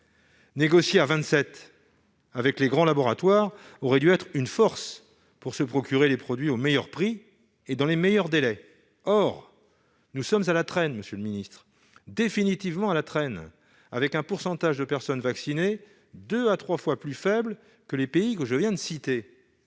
Négocier à vingt-sept avec les grands laboratoires aurait dû être une force pour se procurer les produits au meilleur prix et dans les meilleurs délais. Or nous sommes définitivement à la traîne, monsieur le secrétaire d'État, avec un pourcentage de personnes vaccinées deux à trois fois plus faible que dans les pays que je viens de citer.